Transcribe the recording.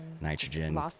nitrogen